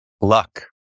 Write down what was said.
Luck